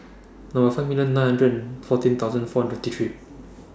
Number five million nine hundred and fourteen thousand four hundred and fifty three